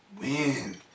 win